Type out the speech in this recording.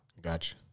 Gotcha